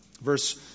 Verse